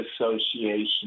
association